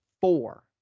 four